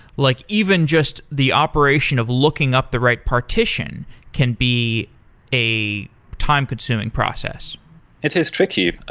like even just the operation of looking up the right partition can be a time consuming process it is tricky